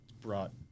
brought